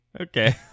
Okay